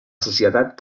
societat